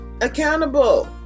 Accountable